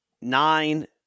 nine